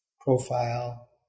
profile